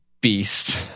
beast